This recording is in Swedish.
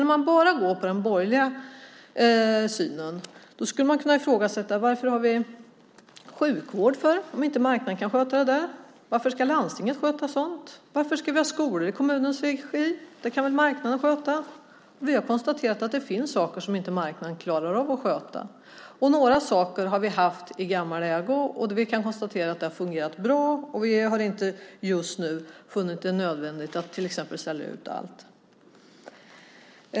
Om man bara går på den borgerliga synen skulle man kunna ifrågasätta varför vi har sjukvård. Kan inte marknaden sköta det? Varför ska landstinget sköta sådant? Varför ska vi ha skolor i kommunens regi? Det kan väl marknaden sköta. Vi har konstaterat att det finns sådant som marknaden inte klarar av att sköta. Några saker har vi haft i vår ägo sedan gammalt. Vi har konstaterat att det har fungerat bra. Vi har inte just nu funnit det nödvändigt att sälja ut allt.